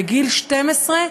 בגיל 12,